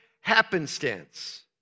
happenstance